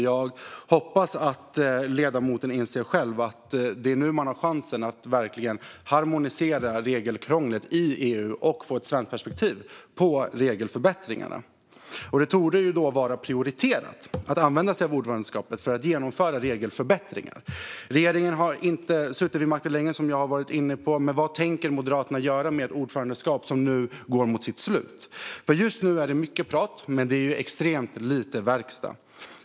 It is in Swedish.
Jag hoppas att ledamoten själv inser att det är nu man har chansen att verkligen harmonisera regelkrånglet i EU och få ett svenskt perspektiv på regelförbättringarna. Det torde vara prioriterat att använda sig av ordförandeskapet för att genomföra regelförbättringar. Regeringen har inte suttit vid makten länge, som jag har varit inne på. Men vad tänker Moderaterna göra med ett ordförandeskap som nu går mot sitt slut? Just nu är det mycket prat men extremt lite verkstad.